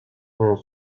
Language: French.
ont